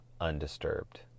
undisturbed